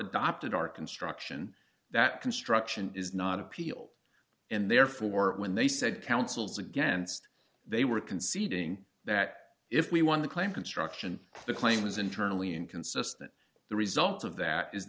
adopted our construction that construction is not appealed and therefore when they said councils against they were conceding that if we won the claim construction the claim was internally inconsistent the result of that is